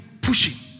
pushing